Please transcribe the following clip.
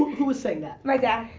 who was saying that? my dad.